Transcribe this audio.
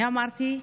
אני אמרתי,